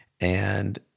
and-